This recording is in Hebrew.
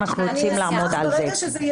אנחנו רוצים לעמוד על זה.